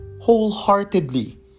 wholeheartedly